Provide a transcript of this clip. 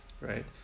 right